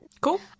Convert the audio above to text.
Cool